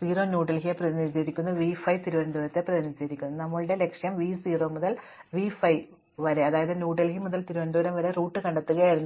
v 0 ന്യൂഡൽഹിയെ പ്രതിനിധീകരിക്കുന്നു v 5 തിരുവനന്തപുരത്തെ പ്രതിനിധീകരിക്കുന്നു ഞങ്ങളുടെ ലക്ഷ്യം v 0 മുതൽ v 5 വരെ ന്യൂഡൽഹി മുതൽ തിരുവനന്തപുരം വരെ റൂട്ട് കണ്ടെത്തുകയായിരുന്നു